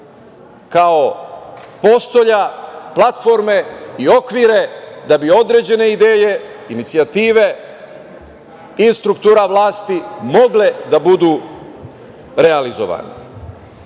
kao postolja, platforme i okvire da bi određene ideje, inicijative iz struktura vlasti mogle da budu realizovane. Uvek